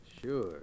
Sure